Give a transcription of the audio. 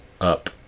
up